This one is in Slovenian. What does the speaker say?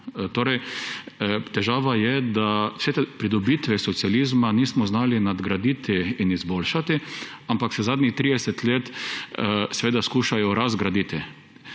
težava je, da vseh teh pridobitev socializma nismo znali nadgraditi in izboljšati, ampak se jih zadnjih 30 let skuša razgraditi.